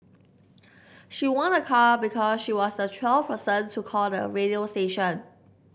she won a car because she was the twelfth person to call the radio station